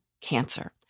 cancer